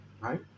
right